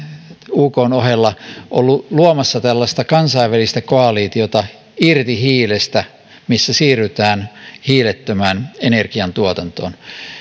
ukn ohella ollut luomassa tällaista kansainvälistä koalitiota irti hiilestä missä siirrytään hiilettömään energiantuotantoon